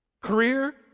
Career